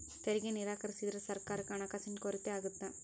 ತೆರಿಗೆ ನಿರಾಕರಿಸಿದ್ರ ಸರ್ಕಾರಕ್ಕ ಹಣಕಾಸಿನ ಕೊರತೆ ಆಗತ್ತಾ